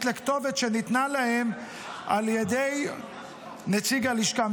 לכתובת שניתנה להם על ידי נציג הלשכה,